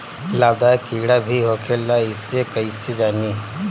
लाभदायक कीड़ा भी होखेला इसे कईसे जानी?